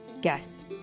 guess